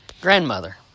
grandmother